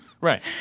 Right